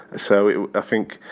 so, i think,